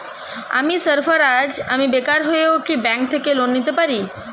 আমি সার্ফারাজ, আমি বেকার হয়েও কি ব্যঙ্ক থেকে লোন নিতে পারি?